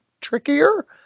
trickier